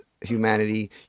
humanity